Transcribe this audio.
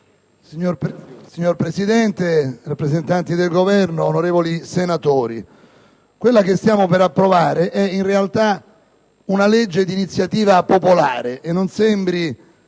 Signor Presidente, rappresentanti del Governo, onorevoli senatori, stiamo per approvare una vera e propria legge di iniziativa popolare, e non sembri